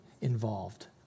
involved